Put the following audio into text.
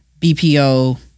BPO